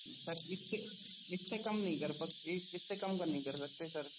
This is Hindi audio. सर इससे इससे कम नहीं कर एक इससे कम का नहीं कर सकते सर